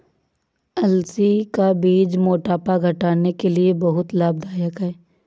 अलसी का बीज मोटापा घटाने के लिए बहुत लाभदायक है